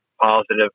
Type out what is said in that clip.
positive